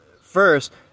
First